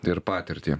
ir patirtį